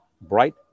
bright